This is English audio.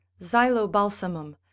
xylobalsamum